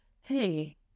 hey